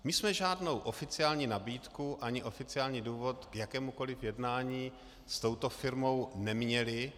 My jsme žádnou oficiální nabídku ani oficiální důvod k jakémukoliv jednání s touto firmou neměli.